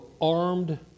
armed